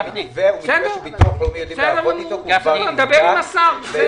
המתווה הוא מתווה שביטוח לאומי- - דבר עם השר.